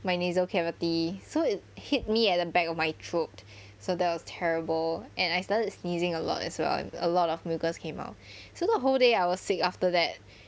my nasal cavity so it hit me at the back of my throat so that was terrible and I started sneezing a lot as well a lot of mucus came out so the whole day I was sick after that